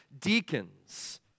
deacons